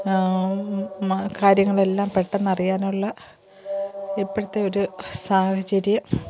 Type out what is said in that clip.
കാര്യങ്ങളെല്ലാം പെട്ടെന്നറിയാനുള്ള ഇപ്പോഴത്തെയൊരു സാഹചര്യം